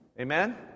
Amen